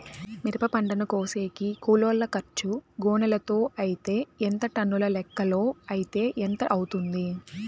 మిరప పంటను కోసేకి కూలోల్ల ఖర్చు గోనెలతో అయితే ఎంత టన్నుల లెక్కలో అయితే ఎంత అవుతుంది?